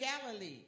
Galilee